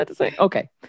Okay